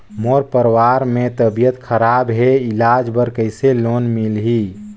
मोर परवार मे तबियत खराब हे इलाज बर कइसे लोन मिलही?